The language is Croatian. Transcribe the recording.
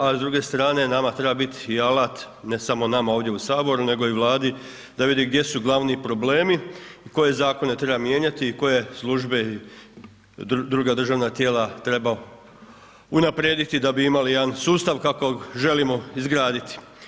A s druge strane nama treba biti i alat, ne samo nama ovdje u Saboru nego i Vladi da vidi gdje su glavni problemi i koje zakone treba mijenjati i koje službe i druga državna tijela treba unaprijediti da bi imali jedan sustav kakvog želimo izgraditi.